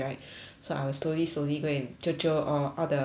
so I will slowly slowly go and jio jio all all the people lah